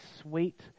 sweet